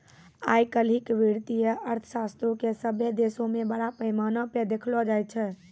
आइ काल्हि वित्तीय अर्थशास्त्रो के सभ्भे देशो मे बड़ा पैमाना पे देखलो जाय छै